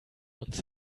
uns